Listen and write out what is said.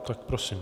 Tak prosím.